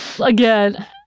Again